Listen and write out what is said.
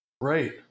right